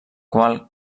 qual